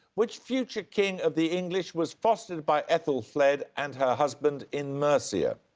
which future king of the english was fostered by aethelflaed and her husband in mercia?